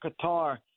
Qatar